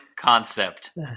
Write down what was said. concept